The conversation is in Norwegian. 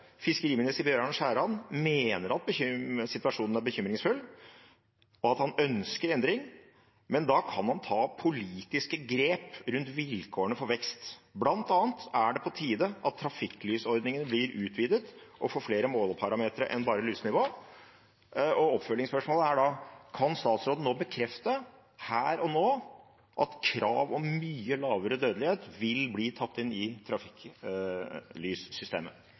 situasjonen er bekymringsfull, men ønsker han en endring, kan han ta politiske grep rundt vilkårene til vekst. Blant annet er det på tide at trafikklysordningen blir utvidet og får flere måleparameter enn bare lusenivå.» Oppfølgingsspørsmålet er da: Kan statsråden nå bekrefte, her og nå, at krav om mye lavere dødelighet vil bli tatt inn i trafikklyssystemet?